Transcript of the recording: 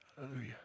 Hallelujah